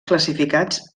classificats